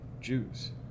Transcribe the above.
Jews